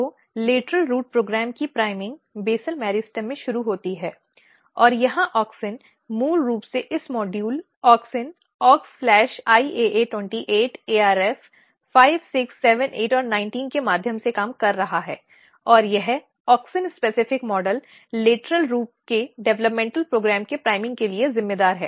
तो lateral root program की priming basal meristem में शुरू होती है और यहां ऑक्सिन मूल रूप से इस module auxin aux IAA 28 ARF 5 6 7 8 और 19 के माध्यम से काम कर रहा है और यह ऑक्सिन विशिष्ट मॉडल विकास लेटरल रूट के डेवलपमेंटल प्रोग्राम के प्राइमिंग के लिए जिम्मेदार है